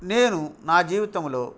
నేను నా జీవితంలో